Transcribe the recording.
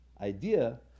idea